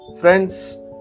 friends